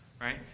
right